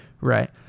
right